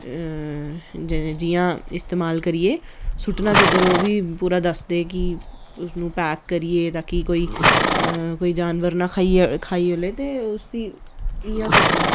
जि'यां इस्तेमाल करिये सुट्टना किद्धर ओह् बी पूरा दसदे कि उस नूं पैक करियै ताकि कोई कोई जानवर नेईं खाइये ओड़े ते उसी इ'यां सुट्टना